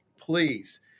please